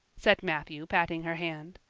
said matthew patting her hand.